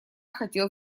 хотел